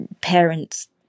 parents